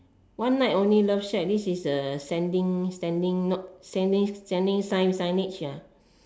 one night only love shack this is a standing not standing standing signage ah